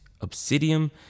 obsidian